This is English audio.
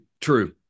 true